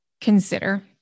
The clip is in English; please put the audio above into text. consider